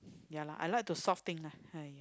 ya lah I like to solve thing lah